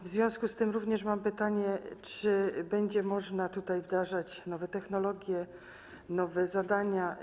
W związku z tym również mam pytanie: Czy będzie można tutaj wdrażać nowe technologie, nowe zadania?